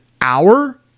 hour